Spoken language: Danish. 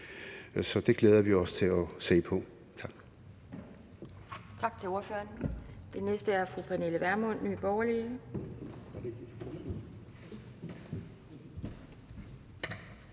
Så det glæder vi os til at se på. Kl.